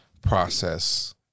process